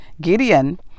Gideon